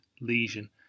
lesion